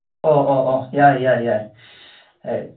ꯑꯣ ꯑꯣ ꯑꯣ ꯌꯥꯏ ꯌꯥꯏ ꯌꯥꯏ